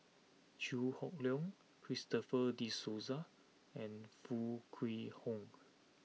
Chew Hock Leong Christopher De Souza and Foo Kwee Horng